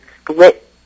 split